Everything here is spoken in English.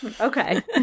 Okay